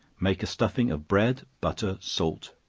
make a stuffing of bread, butter, salt,